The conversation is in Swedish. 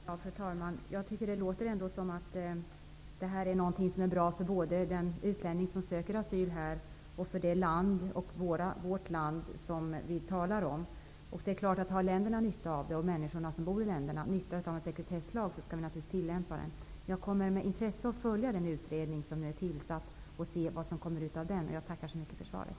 Fru talman! Jag tycker att det låter som om detta ändå är bra både för den utlänning som söker asyl här och det land han kommer från och för vårt land. Har länderna och de människor som bor i dessa länder nytta av en sekretesslag, skall den naturligtvis tillämpas. Jag kommer med intresse att följa den utredning som har tillsatts. Jag tackar för svaret.